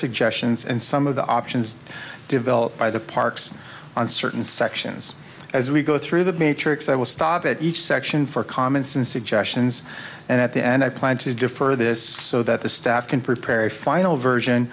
suggestions and some of the options developed by the parks on certain sections as we go through the matrix i will stop at each section for comments and suggestions and at the end i plan to defer this so that the staff can prepare a final version